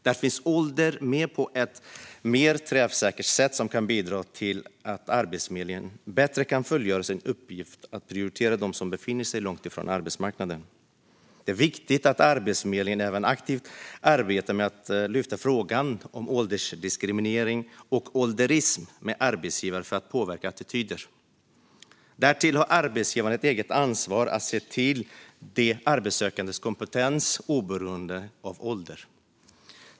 Där finns ålder med på ett mer träffsäkert sätt som kan bidra till att Arbetsförmedlingen bättre kan fullgöra sin uppgift att prioritera dem som befinner sig långt från arbetsmarknaden. Det är viktigt att Arbetsförmedlingen även aktivt arbetar med att lyfta frågan om åldersdiskriminering och ålderism med arbetsgivare för att påverka attityder. Därtill har arbetsgivarna ett eget ansvar att se till de arbetssökandes kompetens oberoende av ålder.